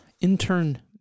intern